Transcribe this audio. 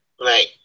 Right